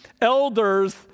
elders